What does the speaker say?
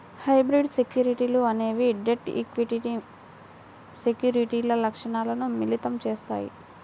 hybrid సెక్యూరిటీలు అనేవి debt, equity సెక్యూరిటీల లక్షణాలను మిళితం చేత్తాయి